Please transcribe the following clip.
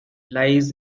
lies